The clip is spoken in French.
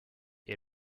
est